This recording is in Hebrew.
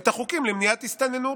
את החוקים למניעת הסתננות.